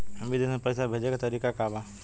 विदेश में पैसा भेजे के तरीका का बा?